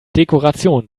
dekoration